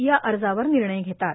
या अर्जावर निर्णय घेतात